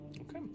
Okay